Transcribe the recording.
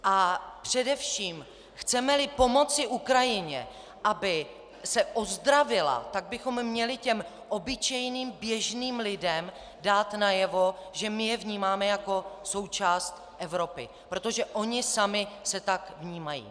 A především chcemeli pomoci Ukrajině, aby se ozdravila, tak bychom měli těm obyčejným běžným lidem dát najevo, že je vnímáme jako součást Evropy, protože oni sami se tak vnímají.